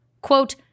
Quote